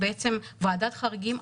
ועדת חריגים,